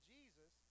Jesus